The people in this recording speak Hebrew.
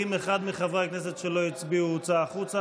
אם אחד מחברי הכנסת הוצא החוצה,